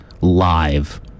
live